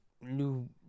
new